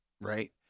right